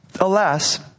Alas